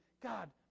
God